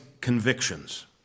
convictions